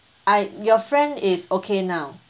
I your friend is okay now